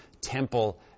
temple